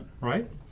Right